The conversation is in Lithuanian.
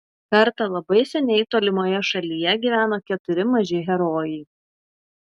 kartą labai seniai tolimoje šalyje gyveno keturi maži herojai